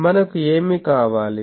మనకు ఏమి కావాలి